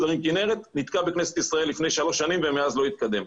ערים כנרת נתקע בכנסת ישראל לפני שלוש שנים ומאז לא התקדם.